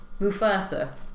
Mufasa